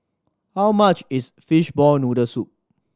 how much is fishball noodle soup